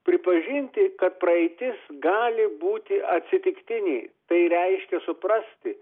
pripažinti kad praeitis gali būti atsitiktinė tai reiškia suprasti